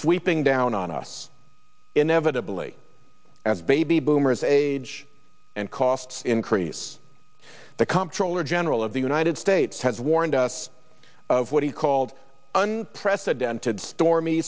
sweeping down on us inevitably as baby boomers age and cost increase the comptroller general of the united states has warned us of what he called unprecedented stormy